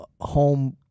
home